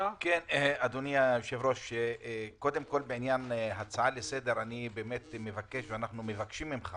אדוני היושב-ראש, הצעה לסדר אנחנו מבקשים ממך